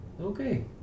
okay